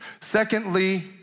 Secondly